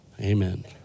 Amen